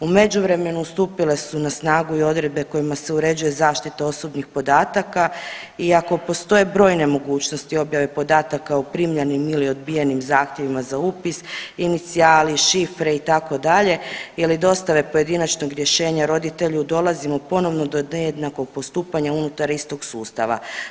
U međuvremenu stupile su na snagu i odredbe kojima se uređuje zaštita osobnih podataka iako postoje brojne mogućnosti objave podataka o primljenim ili odbijenim zahtjevima za upis, inicijali, šifre itd. ili dostave pojedinačnog rješenja roditelju dolazimo ponovno do nejednakog postupanja unutar istog sustava.